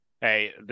hey